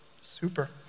Super